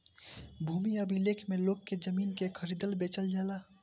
भूमि अभिलेख में लोग के जमीन के खरीदल बेचल जाला